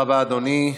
תודה רבה, אדוני.